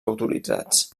autoritzats